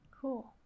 Cool